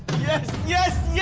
yes! yes! yeah